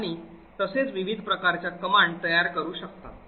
आणि तसेच विविध प्रकारच्या command तयार करू शकतात